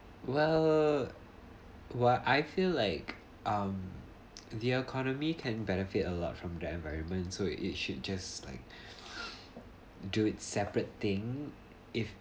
well while I feel like um the economy can benefit a lot from the environment so it it should just like do it separate thing if